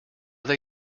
they